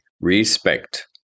respect